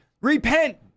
Repent